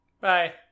bye